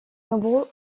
nombreux